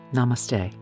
Namaste